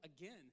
again